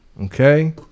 okay